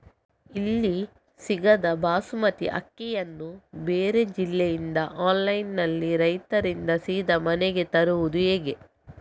ಇಲ್ಲಿ ಸಿಗದ ಬಾಸುಮತಿ ಅಕ್ಕಿಯನ್ನು ಬೇರೆ ಜಿಲ್ಲೆ ಇಂದ ಆನ್ಲೈನ್ನಲ್ಲಿ ರೈತರಿಂದ ಸೀದಾ ಮನೆಗೆ ತರಿಸುವುದು ಹೇಗೆ?